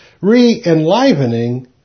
re-enlivening